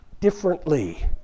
differently